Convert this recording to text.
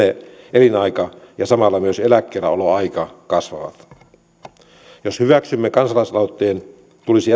elinaika ja samalla myös eläkkeelläoloaika kasvavat jos hyväksymme kansalaisaloitteen tulisi